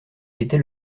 était